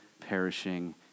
perishing